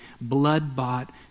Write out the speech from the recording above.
blood-bought